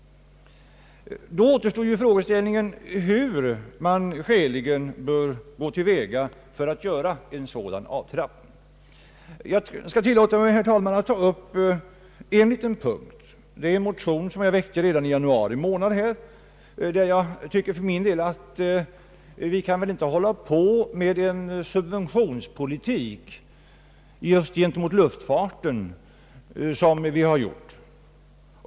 Då återstår frågeställningen hur man skäligen bör gå till väga för att göra en sådan avtrappning. Jag skall tillåta mig, herr talman, att här ta upp en liten punkt. Det är en motion som jag väckte redan i januari, där jag för min del anser att vi inte kan fortsätta med den subventionspolitik gentemot luftfarten som vi har haft.